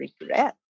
regret